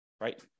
right